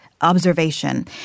observation